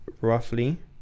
roughly